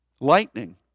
Lightning